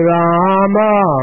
Rama